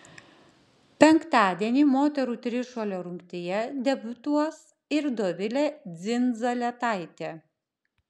penktadienį moterų trišuolio rungtyje debiutuos ir dovilė dzindzaletaitė